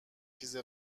چیز